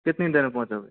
कितनी देर में पहुंचोगे